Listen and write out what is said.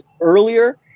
earlier